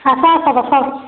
ଆସ ଆସ ବସ